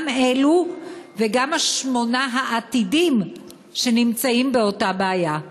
גם אלו וגם השמונה העתידיים שנמצאים באותה בעיה.